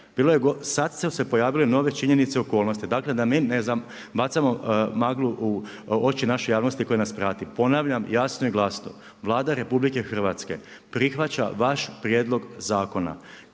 sad su se pojavili nove činjenice i okolnosti. Dakle, mi ne znam, bacamo maglu u oči naše javnosti koja nas prati. Ponavljam jasno i glasno Vlada Republike Hrvatske, prihvaća vaš prijedlog zakona.